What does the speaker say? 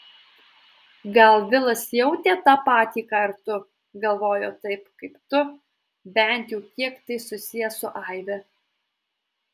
gal vilas jautė tą patį ką ir tu galvojo taip kaip tu bent jau kiek tai susiję su aive